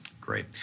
Great